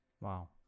wow